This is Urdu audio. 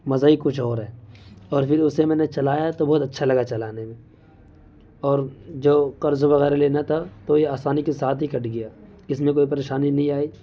مزہ ہی کچھ اور ہے اور پھر اسے میں نے چلایا تو بہت اچھا لگا چلانے میں اور جو قرض وغیرہ لینا تھا تو یہ آسانی کے ساتھ ہی کٹ گیا اس میں کوئی پریشانی نہیں آئی